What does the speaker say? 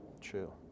True